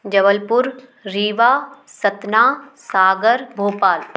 Jabalpur Rewa Satna Sagar Bhopal